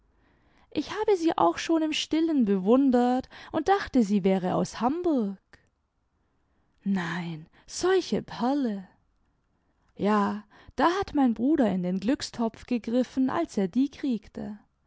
ich habe sie auch schon im stillen bewundert und dachte sie wäre aus hamburg nein solche perle ja da hat mein bruder in den glückstopf gegriffen als er die kriegte